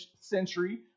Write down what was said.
century